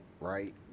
right